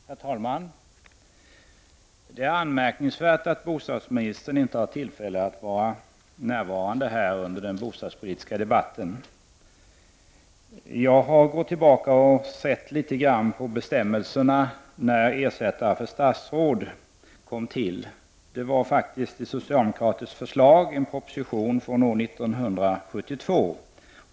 Herr talman! Det är anmärkningsvärt att bostadsministern inte har tillfälle att närvara i dag under den bostadspolitiska debatten. Jag har gått tillbaka till vad som skedde när bestämmelserna om ersättare för statsråd infördes. Det framlades ett socialdemokratiskt förslag härom i en proposition från år 1972.